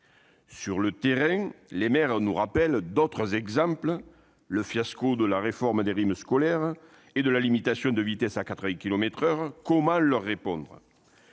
Sur le terrain, les maires nous rappellent d'autres exemples, comme le fiasco de la réforme des rythmes scolaires et la limitation de la vitesse à 80 kilomètres par heure. Comment leur répondre ?